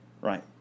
right